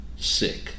Sick